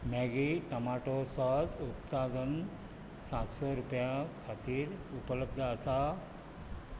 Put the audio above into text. Maggi tomato sauce उत्पादन सातसो रुपयाक खातीर उपलब्ध आसा